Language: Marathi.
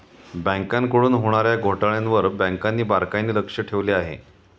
बँकांकडून होणार्या घोटाळ्यांवर बँकांनी बारकाईने लक्ष ठेवले आहे